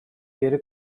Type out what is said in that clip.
geri